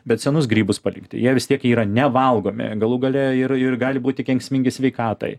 bet senus grybus palikti jie vis tiek yra nevalgomi galų gale ir ir gali būti kenksmingi sveikatai